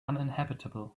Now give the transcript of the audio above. uninhabitable